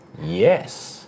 Yes